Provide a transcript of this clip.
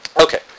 Okay